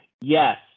Yes